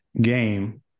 game